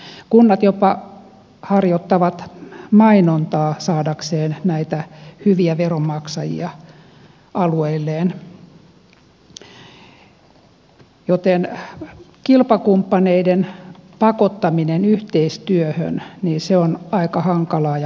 kunnat jopa harjoittavat mainontaa saadakseen näitä hyviä veronmaksajia alueilleen joten kilpakumppaneiden pakottaminen yhteistyöhön on aika hankalaa ja haasteellista